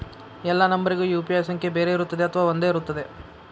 ಎಲ್ಲಾ ನಂಬರಿಗೂ ಯು.ಪಿ.ಐ ಸಂಖ್ಯೆ ಬೇರೆ ಇರುತ್ತದೆ ಅಥವಾ ಒಂದೇ ಇರುತ್ತದೆ?